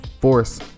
force